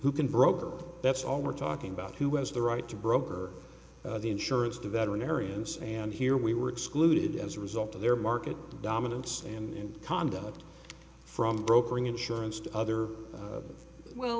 who can broker that's all we're talking about who has the right to broker the insurance to veterinarians and here we were excluded as a result of their market dominance and conduct from brokering insurance to other well